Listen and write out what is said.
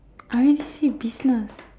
I already say business